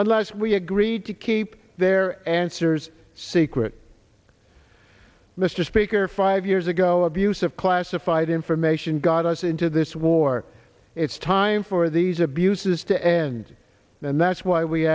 unless we agreed to keep their answers secret mr speaker five years ago abuse of classified information got us into this war it's time for these abuses to end and that's why we